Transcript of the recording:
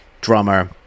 drummer